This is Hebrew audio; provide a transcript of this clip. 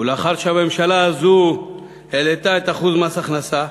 ולאחר שהממשלה הזאת העלתה את אחוז מס ההכנסה,